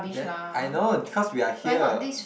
that I know cause we are here